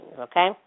Okay